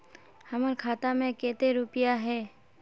हमर खाता में केते रुपया है?